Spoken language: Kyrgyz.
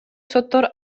соттор